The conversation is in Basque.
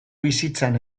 bizitzan